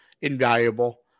Invaluable